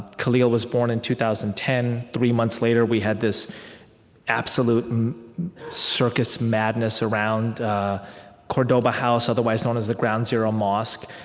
khalil was born in two thousand and ten. three months later, we had this absolute circus madness around cordoba house, otherwise known as the ground zero mosque.